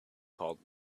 called